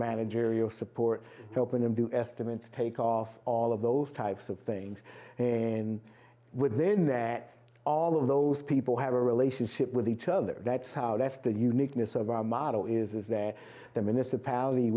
managerial support helping them do estimates take off all of those types of things and within that all of those people have a relationship with each other that's how daft the uniqueness of our model is is that the minister power